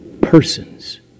persons